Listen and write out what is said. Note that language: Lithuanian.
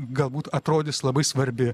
galbūt atrodys labai svarbi